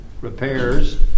repairs